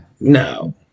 No